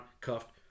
cuffed